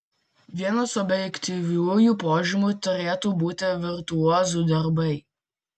vienas objektyviųjų požymių turėtų būti virtuozų darbai